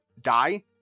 die